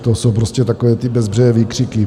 To jsou prostě takové ty bezbřehé výkřiky.